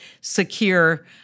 secure